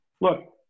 Look